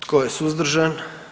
Tko je suzdržan?